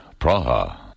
Praha